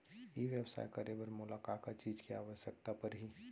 ई व्यवसाय करे बर मोला का का चीज के आवश्यकता परही?